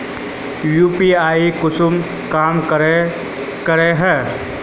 UPI कुंसम काम करे है?